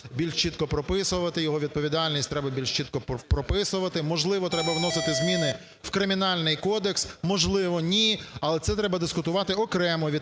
більш чітко прописувати, його відповідальність треба більш чітко прописувати. Можливо, треба вносити зміни в Кримінальний кодекс, можливо, ні. Але це треба дискутувати окремо від питання